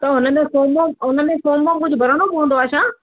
त हुन में फ़ोम वोम हुन में फ़ोम वोम कुझु भरिणो पवंदो आहे छा